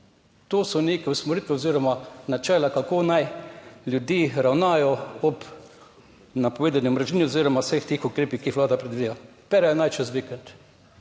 To so neke usmeritve oziroma načela, kako naj ljudje ravnajo ob napovedani omrežnini oziroma vseh teh ukrepih, ki jih Vlada predvideva. Perejo naj čez vikend.